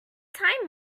time